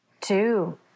two